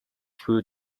who